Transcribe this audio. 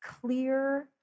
clear